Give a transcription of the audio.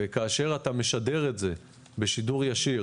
וכאשר אתה משדר את זה בשידור ישיר,